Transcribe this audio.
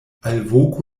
alvoku